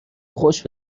خوش